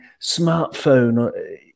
smartphone